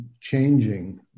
changing